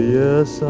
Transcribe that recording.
yes